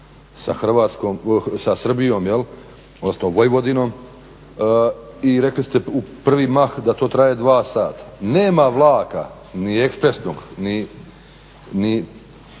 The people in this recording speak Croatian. sa Srbijom odnosno Vojvodinom i rekli ste u prvi mah da to traje dva sata. Nema vlaka ni ekspresnog ni